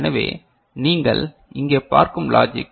எனவே நீங்கள் இங்கே பார்கும் லாஜிக்